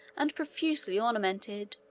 and profusely ornamented,